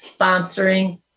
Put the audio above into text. sponsoring